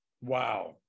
Wow